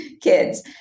kids